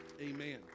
Amen